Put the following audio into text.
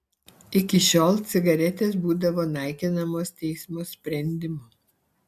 iki šiol cigaretės būdavo naikinamos teismo sprendimu